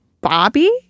Bobby